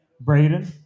braden